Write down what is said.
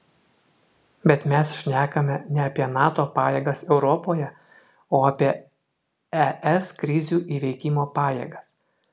bet mes šnekame ne apie nato pajėgas europoje o apie es krizių įveikimo pajėgas